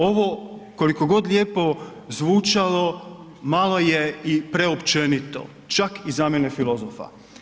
Ovo koliko god lijepo zvučalo malo je i preopćenito, čak i za mene filazova.